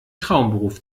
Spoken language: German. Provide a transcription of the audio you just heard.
traumberuf